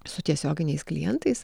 su tiesioginiais klientais